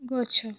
ଗଛ